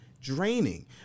draining